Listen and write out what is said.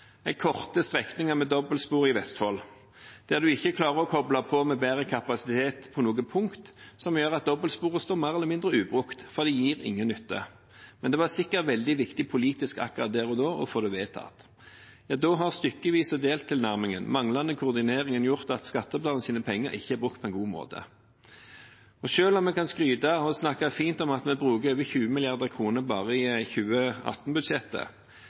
korte strekninger med dobbeltspor i Vestfold, der en ikke klarer å koble på med bedre kapasitet på noe punkt, som gjør at dobbeltsporene står mer eller mindre ubrukt, for det gir ingen nytte, men det var sikkert veldig viktig politisk akkurat der og da å få det vedtatt. Da har stykkevis-og-delt-tilnærmingen og den manglende koordineringen gjort at skattebetalernes penger ikke er brukt på en god måte. Selv om vi kan skryte og snakke fint om at vi bruker over 20 mrd. kr bare i